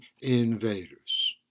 Invaders